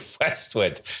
Westwood